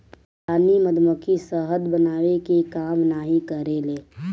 रानी मधुमक्खी शहद बनावे के काम नाही करेले